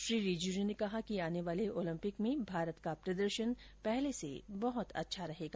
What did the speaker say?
श्री रिजिजू ने कहा कि आने वाले ओलम्पिक में भारत का प्रदर्शन पहले से बहुत अच्छा रहेगा